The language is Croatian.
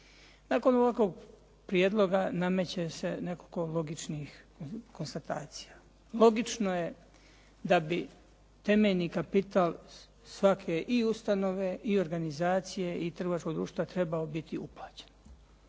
Nakon ovakvog prijedloga nameće se nekoliko logičnih konstatacija. Logično je da bi temeljni kapital svake i ustanove i organizacije i trgovačkog društva trebao biti uplaćen.